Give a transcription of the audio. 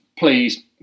Please